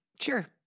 Sure